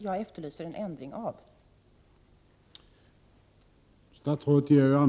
Jag efterlyser en ändring av denna praxis.